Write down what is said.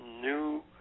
new